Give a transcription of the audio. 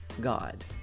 God